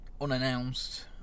unannounced